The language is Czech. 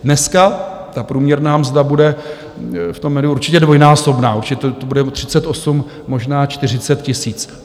Dneska ta průměrná mzda bude v tom určitě dvojnásobná, určitě to bude 38, možná 40 tisíc.